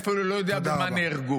אני אפילו לא יודע במה נהרגו.